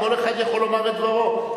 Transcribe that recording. כל אחד יכול לומר את דברו.